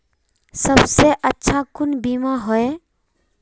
सबसे अच्छा कुन बिमा होय?